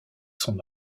son